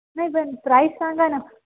नाही पण प्राईज सांगा ना